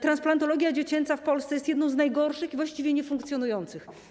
Transplantologia dziecięca w Polsce jest jedną z najgorszych i właściwie niefunkcjonujących.